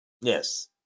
Yes